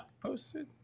posted